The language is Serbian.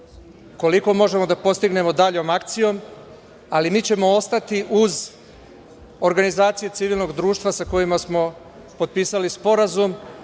koliko možemo da postignemo daljom akcijom, ali mi ćemo ostati uz organizacije civilnog društva sa kojima smo potpisali sporazum,